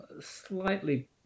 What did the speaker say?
slightly